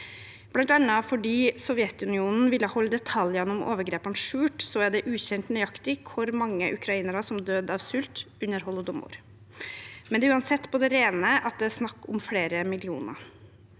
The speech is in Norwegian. Blant annet fordi Sovjetunionen ville holde detaljene om overgrepene skjult, er det ukjent nøyaktig hvor mange ukrainere som døde av sult under holodomor, men det er uansett på det rene at det er snakk om flere millioner.